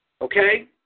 Okay